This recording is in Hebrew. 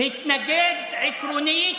התנגד עקרונית